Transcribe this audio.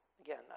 Again